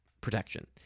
protection